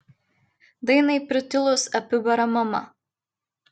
dainai pritilus apibara mama